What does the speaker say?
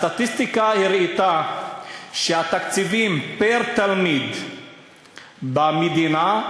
הסטטיסטיקה הייתה שבתקציבים פר-תלמיד במדינה,